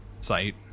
site